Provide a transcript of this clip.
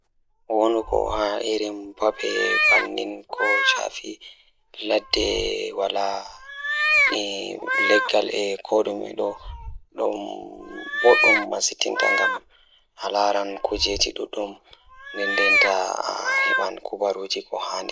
Ko goɗɗo njiddaade e goɗɗo nguurndam e tawii, ko ɓeen ndiyam no njeɗi. Ndiyam fiyaangu ngal miɗo waɗa waawde njiddaade e tawii e goɗɗo. Ko ndiyam ngal ko njoɓdi maɓɓe ngal ngam rewɓe ngal.